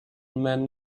men